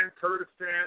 Kurdistan